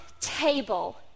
table